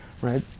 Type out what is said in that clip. right